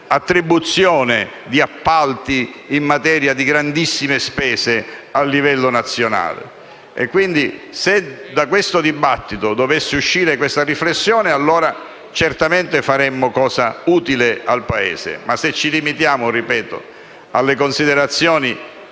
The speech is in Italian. attribuzione di appalti in materia di grandissime spese a livello nazionale. Quindi, se dal dibattito dovesse uscire questa riflessione, allora certamente faremo cosa utile per il Paese, ma se ci limitiamo alle considerazioni